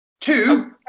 Two